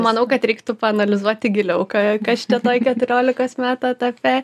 manau kad reiktų paanalizuoti giliau ką kas čia toj keturiolikos metų etape